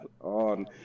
on